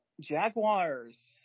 Jaguars